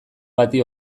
bati